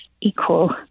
equal